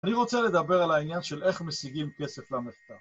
אני רוצה לדבר על העניין של איך משיגים כסף למחקר